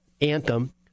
anthem